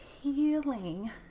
healing